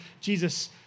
Jesus